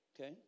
Okay